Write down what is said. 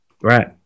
right